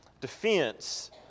defense